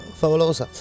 favolosa